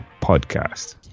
podcast